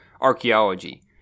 archaeology